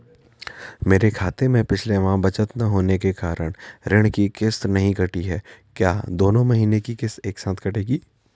मेरे खाते में पिछले माह बचत न होने के कारण ऋण की किश्त नहीं कटी है क्या दोनों महीने की किश्त एक साथ कटेगी?